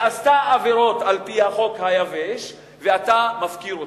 עשתה עבירות על-פי החוק היבש ואתה מפקיר אותה.